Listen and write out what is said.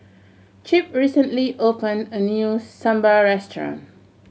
Chip recently opened a new Sambar restaurant